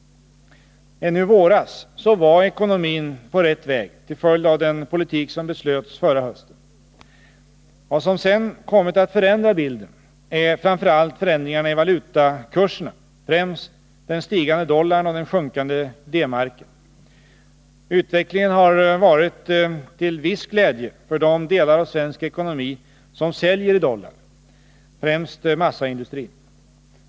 Ännu i våras var ekonomin på rätt väg till följd av den politik som beslöts förra hösten. Vad som sedan kommit att förändra bilden är framför allt förändringarna i valutakurserna — främst den stigande dollarn och den sjunkande D-marken. Utvecklingen har varit till viss glädje för de delar av svensk industri som säljer i dollar, främst massaindustrin.